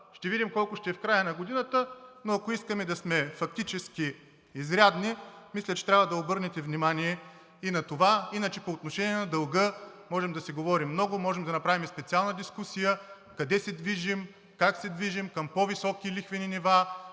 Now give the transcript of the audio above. Ще видим колко ще е в края на годината, но ако искаме да сме фактически изрядни, мисля, че трябва да обърнете внимание и на това. По отношение на дълга можем да си говорим много, можем да направим и специална дискусия къде се движим, как се движим, към по-високи лихвени нива,